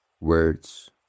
words